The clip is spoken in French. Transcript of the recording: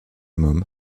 minimum